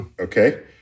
Okay